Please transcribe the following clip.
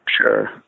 sure